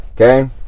Okay